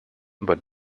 aber